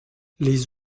les